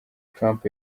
trump